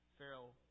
Pharaoh